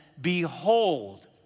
Behold